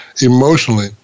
emotionally